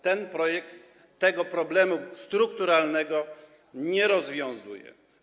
Ten projekt tego problemu strukturalnego nie rozwiązuje.